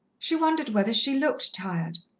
she wondered whether she looked tired.